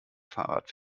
fahrrad